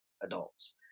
adults